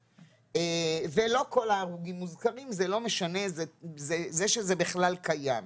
ולא כל ההרוגים מוזכרים, זה שזה בכלל קיים.